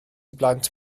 blant